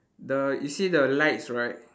the you see the lights right